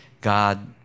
God